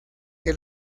que